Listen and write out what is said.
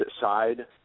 side